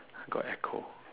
got echo